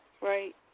Right